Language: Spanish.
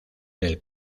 del